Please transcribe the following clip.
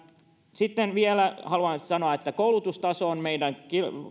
sitten vielä haluan sanoa että koulutustaso on meidän